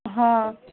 ہاں